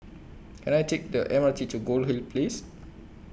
Can I Take The M R T to Goldhill Place